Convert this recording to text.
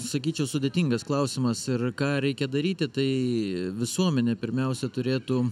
sakyčiau sudėtingas klausimas ir ką reikia daryti tai visuomenė pirmiausia turėtų